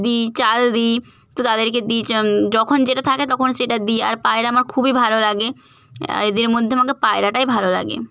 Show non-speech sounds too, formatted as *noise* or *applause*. দিই চাল দিই তো তাদেরকে দিই *unintelligible* যখন যেটা থাকে তখন সেটা দিই আর পায়রা আমার খুবই ভালো লাগে এদের মধ্যে আমাকে পায়রাটাই ভালো লাগে